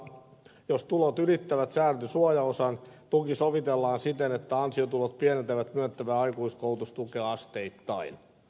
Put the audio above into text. jos tulot ylittävät säädetyn suojaosan tuki sovitellaan siten että ansiotulot pienentävät myönnettävää aikuiskoulutustukea asteittain